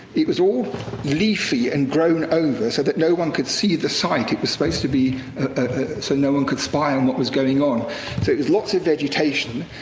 it was all leafy and grown over so that no one could see the site. it was supposed to be so no one could spy on what was going on. so it was lots of vegetation.